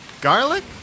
Garlic